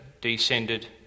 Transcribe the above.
descended